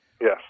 Yes